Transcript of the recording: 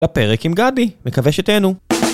לפרק עם גדי, מקווה שתהנו!